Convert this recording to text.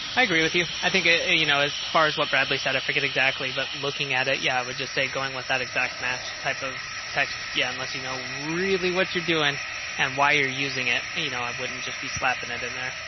i agree with you. i think, you know, as far as what bradley said, i forget exactly. but looking at it, yeah, i would just say going with that exact match type of text. yeah. unless you know, really what you're doing and why you're using it. and you know, i wouldn't just be slapping it in there.